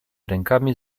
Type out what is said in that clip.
rękami